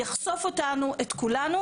יחשוף אותנו את כולנו,